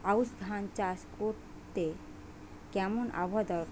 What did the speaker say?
আউশ ধান চাষ করতে কেমন আবহাওয়া দরকার?